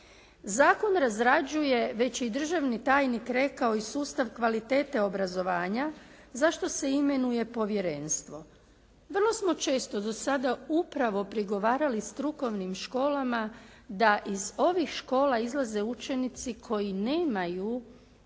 Zakon razrađuje, već je i državni tajnik rekao i sustav kvalitete obrazovanja za što se imenuje povjerenstvo. Vrlo smo često do sada upravo prigovarali strukovnim školama da iz ovih škola izlaze učenici koji nemaju adekvatne